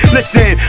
Listen